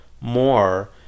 more